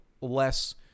less